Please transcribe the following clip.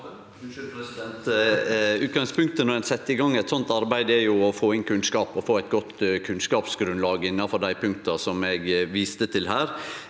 Utgangspunktet når ein set i gang eit slikt arbeid, er å få inn kunnskap og få eit godt kunnskapsgrunnlag innanfor dei punkta eg viste til her.